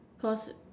first